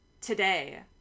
today